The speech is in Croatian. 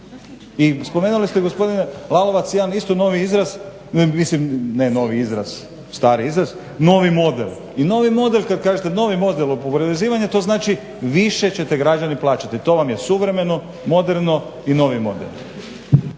I spomenuli ste gospodine Lalovac jedan isto novi izraz, mislim ne novi izraz, stari izraz novi model. I novi model, kad kažete novi model oporezivanja to znači više ćete građani plaćati. To vam je suvremeno, moderno i novi model.